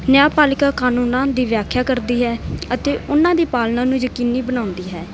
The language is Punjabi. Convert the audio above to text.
ਨਿਆਂਪਾਲਿਕਾ ਕਾਨੂੰਨਾਂ ਦੀ ਵਿਆਖਿਆ ਕਰਦੀ ਹੈ ਅਤੇ ਉਹਨਾਂ ਦੀ ਪਾਲਣਾ ਨੂੰ ਯਕੀਨੀ ਬਣਾਉਂਦੀ ਹੈ